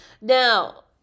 Now